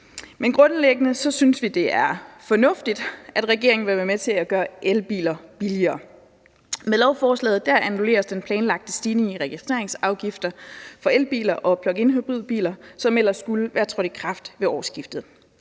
Men grundlæggende synes vi, det er fornuftigt, at regeringen vil være med til at gøre elbiler billigere. Med lovforslaget annulleres den planlagte stigning i registreringsafgifter for elbiler og pluginhybridbiler, som ellers skulle være trådt i kraft ved årsskiftet.